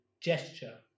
gesture